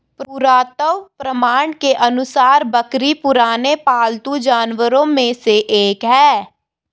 पुरातत्व प्रमाण के अनुसार बकरी पुराने पालतू जानवरों में से एक है